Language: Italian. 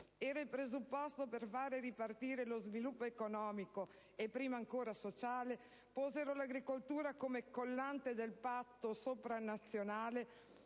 era il presupposto per far ripartire lo sviluppo economico e, prima ancora, sociale, e posero l'agricoltura come collante del patto sovranazionale,